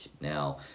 Now